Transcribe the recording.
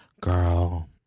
Girl